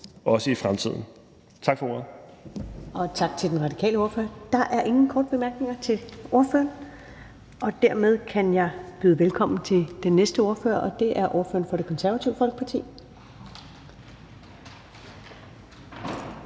næstformand (Karen Ellemann): Tak til den radikale ordfører. Der er ingen korte bemærkninger til ordføreren. Dermed kan jeg byde velkommen til den næste ordfører, og det er ordføreren for Det Konservative Folkeparti.